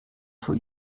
vor